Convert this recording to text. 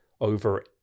over